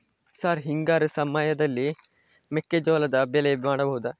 Sir ಹಿಂಗಾರು ಸಮಯದಲ್ಲಿ ಮೆಕ್ಕೆಜೋಳದ ಬೆಳೆ ಮಾಡಬಹುದಾ?